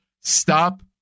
stop